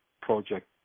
project